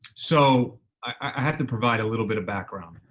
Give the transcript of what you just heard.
so i have to provide a little bit of background.